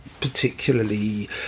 particularly